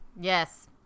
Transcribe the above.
Yes